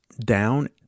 down